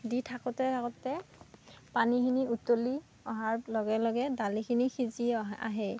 দি থাকোঁতে থাকোঁতে পানীখিনি উতলি অহাৰ লগে লগে দালিখিনি সিজি অহ আহে